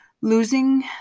losing